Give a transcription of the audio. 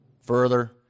further